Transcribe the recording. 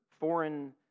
foreign